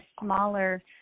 smaller